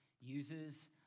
uses